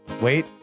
Wait